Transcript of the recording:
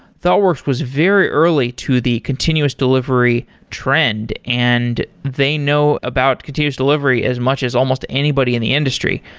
thoughtworks was very early to the continuous delivery trend and they know about continuous delivery as much as almost anybody in the industry.